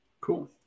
Cool